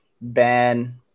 Ben